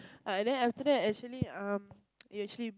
uh then after that actually um he actually